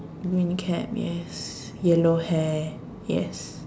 green cap yes yellow hair yes